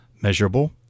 Measurable